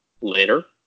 later